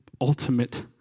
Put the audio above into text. ultimate